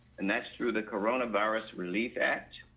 and that's through the coronavirus relief act,